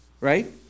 right